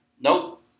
nope